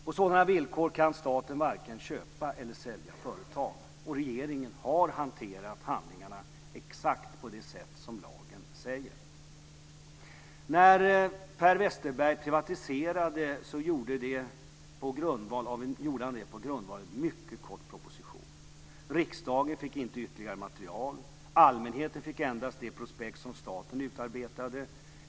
På sådana villkor kan staten varken köpa eller sälja företag, och regeringen har hanterat handlingarna exakt på det sätt som lagen säger. När Per Westerberg privatiserade gjorde han det på grundval av en mycket kort proposition. Riksdagen fick inte ytterligare material. Allmänheten fick endast det prospekt som staten utarbetade.